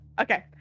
Okay